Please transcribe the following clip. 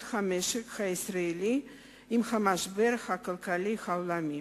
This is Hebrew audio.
המשק הישראלי עם המשבר הכלכלי העולמי.